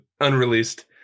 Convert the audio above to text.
unreleased